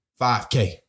5K